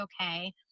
okay